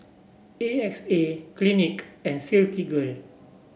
A X A Clinique and Silkygirl